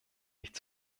nicht